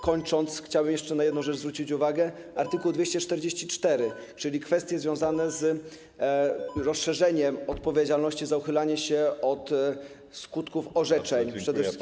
kończąc, chciałbym na jeszcze jedną rzecz zwrócić uwagę, na art. 244, czyli kwestie związane z rozszerzeniem odpowiedzialności za uchylanie się od skutków orzeczeń, przede wszystkim.